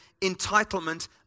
entitlement